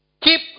keep